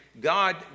God